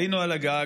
עלינו אל הגג